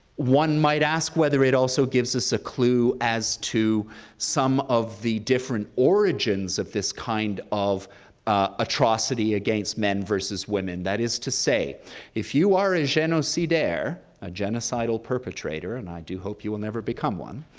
one might ask whether it also gives us a clue as to some of the different origins of this kind of atrocity against men versus women, that is to say if you are a genocidaire, a genocidal perpetrator, and i do hope you will never become one,